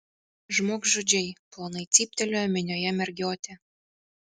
žmogžudžiai plonai cyptelėjo minioje mergiotė